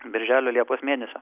birželio liepos mėnesio